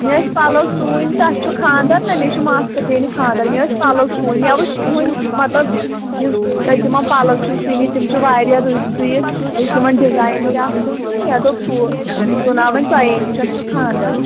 مےٚ ٲسۍ پَلو سُوٕنۍ تہٕ اَسہِ چھُ خاندَر نہ مےٚ چھُ ماستٕر بیٚنہِ خاندَر مےٚ ٲسۍ پَلَو سُوٕنۍ مےٚ وٕچھ تُہُنٛدۍ مطلب یُس تۄہہِ تِمَن پَلو چھُو سُوۍمٕتۍ تِم چھِ واریاہ رٔتۍ سُوِتھ بیٚیہِ چھِ تِمَن ڈِزایِن تہِ اَصٕل تہٕ مےٚ دوٚپ ہُہ بہٕ سُوناو تۄہے نِش اَسہِ چھُ خاندَر